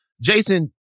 Jason